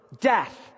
death